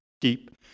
deep